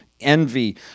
envy